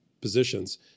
positions